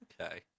Okay